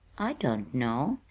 i don't know.